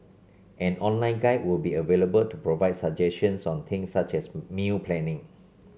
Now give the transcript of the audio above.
an online guide will be available to provide suggestions on things such as meal planning